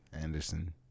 Anderson